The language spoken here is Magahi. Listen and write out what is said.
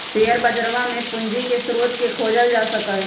शेयर बजरवा में भी पूंजी के स्रोत के खोजल जा सका हई